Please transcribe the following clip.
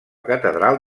catedral